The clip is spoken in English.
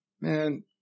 man